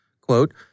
Quote